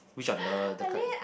which are the the kind